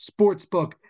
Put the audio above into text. Sportsbook